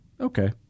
Okay